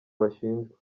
bashinjwa